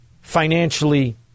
financially